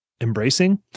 embracing